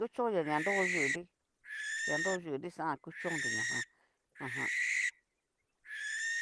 Kuchonnria ña nro yu'unri, ña nro yu'unri xajan kuchónnri ñajan ajan.